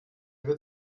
ihre